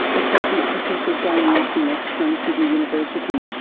associate professor damien finniss from sydney university,